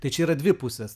tai čia yra dvi pusės